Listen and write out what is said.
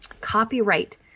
Copyright